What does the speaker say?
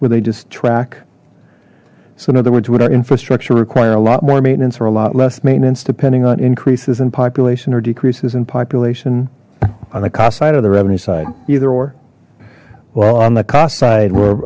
where they just track so in other words what our infrastructure require a lot more maintenance or a lot less maintenance depending on increases in population or decreases in population on the cost side of the revenue side either or well on the cost side we're